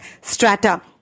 strata